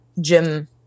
gym